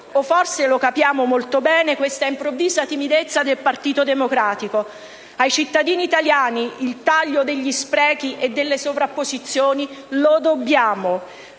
o forse la capiamo molto bene, questa improvvisa timidezza del Partito Democratico. Ai cittadini italiani il taglio degli sprechi e delle sovrapposizioni lo dobbiamo.